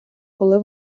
коли